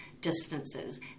distances